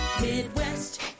Midwest